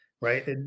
right